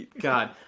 God